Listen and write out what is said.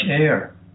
air